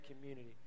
community